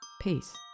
Peace